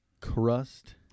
Crust